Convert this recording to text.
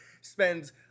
spends